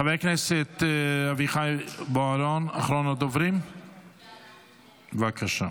חברי הכנסת, אביחי בוארון, אחרון הדוברים, בבקשה.